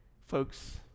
Folks